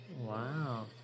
wow